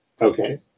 Okay